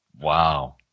wow